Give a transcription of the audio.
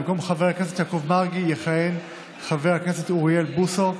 במקום חבר הכנסת יעקב מרגי יכהן חבר הכנסת אוריאל בוסו,